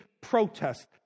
protest